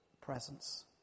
presence